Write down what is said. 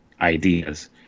ideas